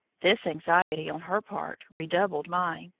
this anxiety on her part redoubled mine,